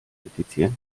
effizient